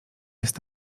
jest